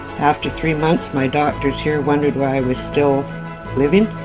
after three months, my doctors here wondered why i was still living.